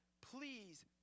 Please